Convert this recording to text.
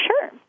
sure